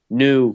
new